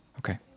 Okay